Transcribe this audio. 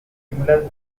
similar